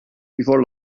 before